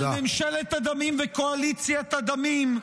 על ממשלת הדמים וקואליציית הדמים,